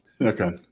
Okay